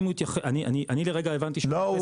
אני לרגע הבנתי שהוא התייחס --- לא,